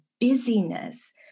busyness